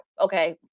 Okay